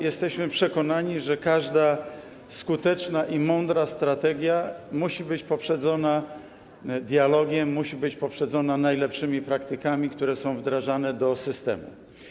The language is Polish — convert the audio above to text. Jesteśmy przekonani, że każda skuteczna i mądra strategia musi być poprzedzona dialogiem, musi być poprzedzona najlepszymi praktykami, które są wdrażane do systemu.